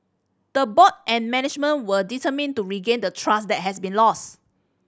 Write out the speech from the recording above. the board and management were determined to regain the trust that has been lost